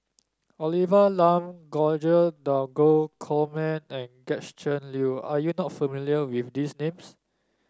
Olivia Lum George Dromgold Coleman and Gretchen Liu are you not familiar with these names